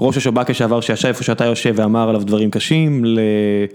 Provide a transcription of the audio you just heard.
ראש השב״כ לשעבר שישב איפה שאתה יושב ואמר עליו דברים קשים